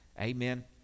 Amen